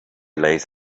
lays